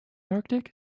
arctic